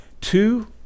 two